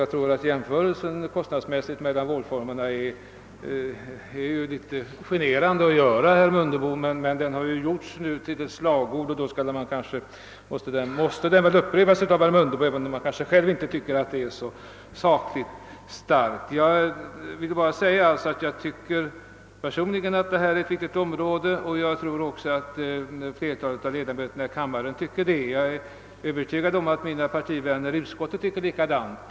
Jag tror att den kostnadsmässiga jämförelsen mellan vårdformerna är generande att göra, herr Mundebo. Men detta har ju nu gjorts till ett slagord och måste väl upprepas av herr Mundebo, även om han själv inte tycker att jämförelsen sakligt är särskilt stark. Jag vill alltså framhålla att jag personligen tycker att detta är ett viktigt område, och jag tror att flertalet av kammarledamöterna har samma åsikt. Jag är övertygad om att mina partivänner i utskottet sett saken likadant.